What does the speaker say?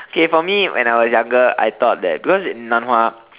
okay for me when I was younger I thought that because in Nan-Hua